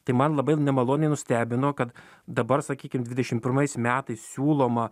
tai man labai nemaloniai nustebino kad dabar sakykim dvidešim pirmais metais siūloma